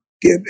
give